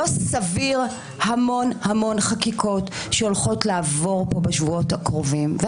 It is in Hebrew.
לא סביר המון המון חקיקות שהולכות לעבור פה בשבועות הקרובים.